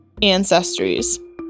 ancestries